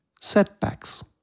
setbacks